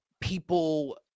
people